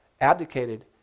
abdicated